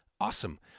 awesome